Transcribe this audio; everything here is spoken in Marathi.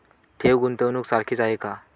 ठेव, गुंतवणूक सारखीच आहे का?